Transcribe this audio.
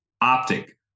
Optic